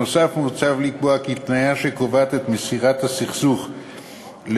נוסף על כך מוצע לקבוע כי תניה שקובעת את מסירת הסכסוך לבוררות,